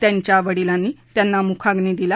त्यांच्या वडिलांनी त्याना मुखग्नि दिला